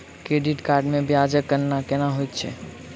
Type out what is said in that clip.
credit card मे ब्याजक गणना केना होइत छैक